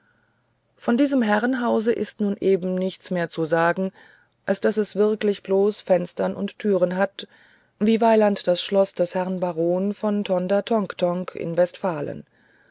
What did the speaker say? von diesem herrenhause ist nun eben nichts mehr zu sagen als daß es wirklich fenster und türen hat wie weiland das schloß des herrn baron von tondertonktonk in westfalen